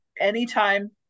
anytime